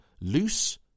Loose